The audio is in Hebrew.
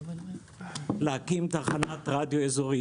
להקים תחנת רדיו אזורי.